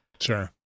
Sure